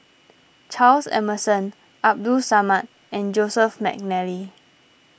Charles Emmerson Abdul Samad and Joseph McNally